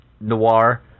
Noir